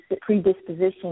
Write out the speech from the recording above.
predisposition